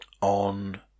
on